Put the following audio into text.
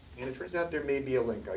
and it turns out there may be a link.